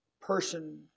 person